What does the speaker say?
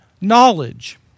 knowledge